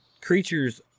creatures